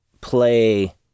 play